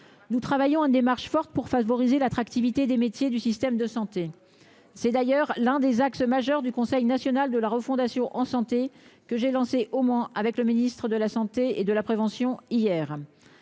nous travaillons à démarche forte pour favoriser l'attractivité des métiers du système de santé, c'est d'ailleurs l'un des axes majeurs du Conseil national de la refondation enchanté que j'ai lancé au Mans avec le ministre de la Santé et de la prévention hier